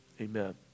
Amen